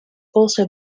also